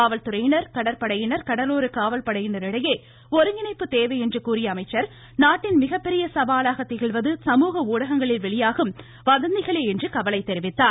காவல் துறையினர் கடற்படையினர் கடலோர காவல்படையினரிடையே ஒருங்கிணைப்பு தேவை என்று கூறிய அவர் நாட்டின் மிகப்பெரிய சவாலாக திகழ்வது சமூக ஊடகங்களில் வெளியாகும் வதந்திகளே என்று கவலை தெரிவித்தார்